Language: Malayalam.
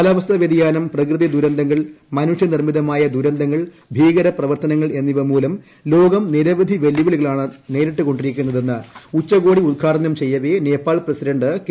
കാലാവസ്ഥാ വൃതിയാനം പ്രകൃതി ദുരന്തങ്ങൾ മനുഷ്യനിർമ്മിതമായ ദുരന്തങ്ങൾ ഭീകരപ്രവർത്തനങ്ങൾ എന്നിവ മൂലം ലോകം നിരവധി വെല്ലുവിളികളാണ് നേരിട്ടു കൊണ്ടിരിക്കുന്നതെന്ന് ഉച്ചകോടി ഉത്ഘാടനം ചെയ്യവെ നേപ്പാൾ പ്രസിഡന്റ് കെ